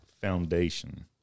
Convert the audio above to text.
foundation